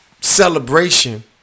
celebration